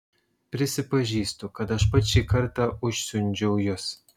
prisipažįstu kad aš pats šį kartą užsiundžiau jus